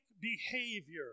behavior